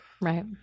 Right